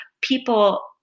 people